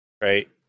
right